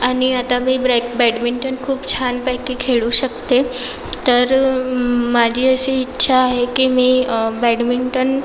आणि आता मी ब्रेक बॅडमिंटन खूप छानपैकी खेळू शकते तर माझी अशी इच्छा आहे की मी बॅडमिंटन